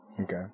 Okay